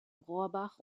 rohrbach